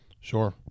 sure